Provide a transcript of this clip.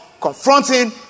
confronting